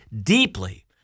deeply